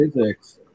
physics